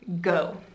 go